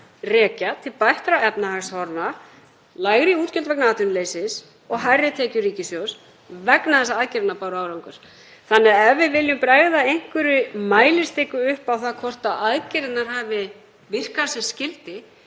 rekja til bættra efnahagshorfa, lægri útgjalda vegna atvinnuleysis og hærri tekna ríkissjóðs vegna þess að aðgerðirnar báru árangur. Ef við viljum bregða einhverri mælistiku á það hvort aðgerðirnar hafi virkað sem skyldi